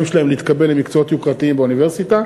שלהם להתקבל למקצועות יוקרתיים באוניברסיטה.